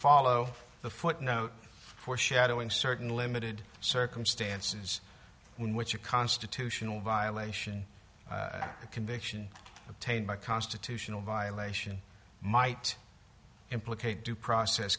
follow the footnote foreshadowing certain limited circumstances in which a constitutional violation the conviction obtained by constitutional violation might implicate due process